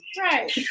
Right